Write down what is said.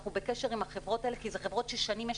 אנחנו בקשר עם החברות האלה כי אלה חברות ששנים יש